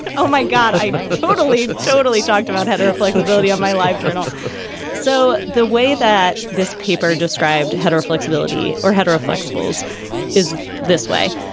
and oh my god. i totally, totally talked about hetero flexibility on my life and um so the way that this paper described hetero flexibility or hetero flexibles is this way.